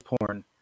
porn